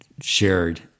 shared